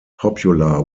popular